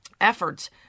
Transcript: efforts